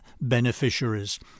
beneficiaries